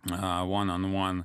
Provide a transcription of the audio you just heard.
na o namon